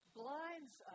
blinds